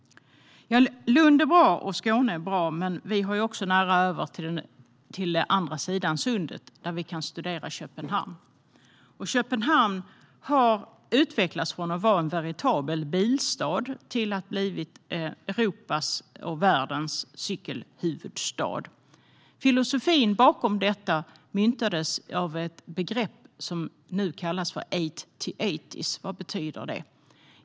Lund är bra, och Skåne är bra. Men vi har också nära till andra sidan Sundet, där vi kan studera Köpenhamn. Köpenhamn har utvecklats, från att vara en veritabel bilstad, till Europas och världens cykelhuvudstad. Filosofin bakom detta myntades med hjälp av ett begrepp som nu kallas 8-80. Vad betyder det?